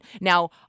Now